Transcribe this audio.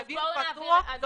באוויר הפתוח,